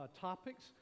topics